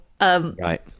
Right